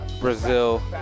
Brazil